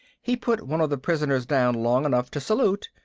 he put one of the prisoners down long enough to salute,